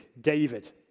David